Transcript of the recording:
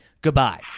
goodbye